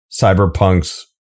Cyberpunk's